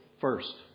first